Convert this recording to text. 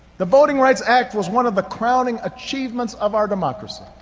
the voting rights act was one of the crowning achievements of our democracy,